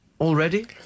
already